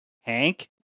Hank